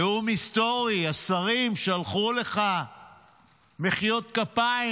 נאום היסטורי, השרים שלחו לך מחיאות כפיים.